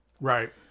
Right